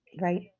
Right